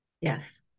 Yes